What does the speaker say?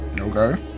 Okay